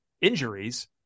injuries